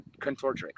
contortrix